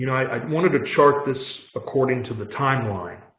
i wanted to chart this according to the timeline